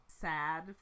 sad